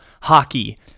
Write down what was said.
hockey